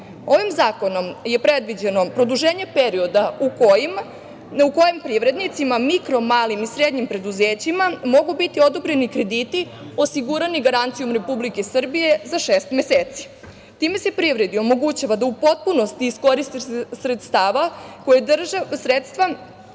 sebe. Ovim zakonom je predviđeno produženje perioda u kojem privrednicima mikro, malim i srednjim preduzećima mogu biti odobreni krediti, osigurani garancijom Republike Srbije za šest meseci. Time se privredi omogućava da u potpunosti iskoristi sredstava koja država